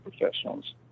professionals